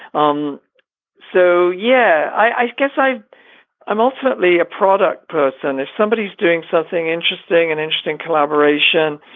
um so yeah, i guess i am ultimately a product person if somebody is doing something interesting and interesting collaboration.